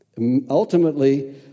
Ultimately